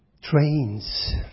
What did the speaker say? Trains